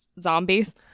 zombies